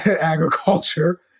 agriculture